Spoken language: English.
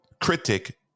critic